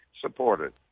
supported